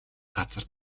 газар